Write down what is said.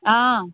অঁ